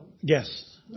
Yes